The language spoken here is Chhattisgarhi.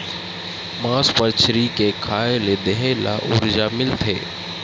मास मछरी के खाए ले देहे ल उरजा मिलथे